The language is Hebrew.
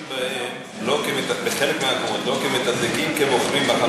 משתמשים בהם בחלק מהמקומות לא כמתדלקים אלא כמוכרים בחנויות.